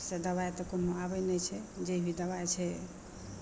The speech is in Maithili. तऽ दबाइ तऽ कोनो आबै नहि छै जे भी दबाइ छै